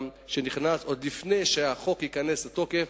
שנכנס עוד לפני שהחוק ייכנס לתוקף.